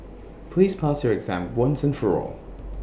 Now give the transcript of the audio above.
please pass your exam once and for all